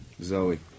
Zoe